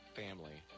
family